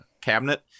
cabinet